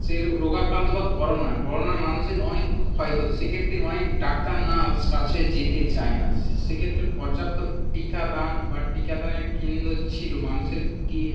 সে রোগাক্রান্ত বা corona corona মানুষের অনেক ক্ষয়ক্ষতি সে ক্ষেত্রে অনেক ডাক্তার নার্স কাছে যেতে চায় না সে ক্ষেত্রে পর্যাপ্ত টিকা দান বা টিকা দানের কেন্দ্র ছিল মানুষের কি